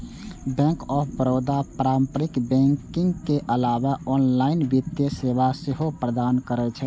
bank of Baroda पारंपरिक banking के अलावे ऑनलाइन वित्तीय सेवा सेहो प्रदान करै छै